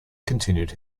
continued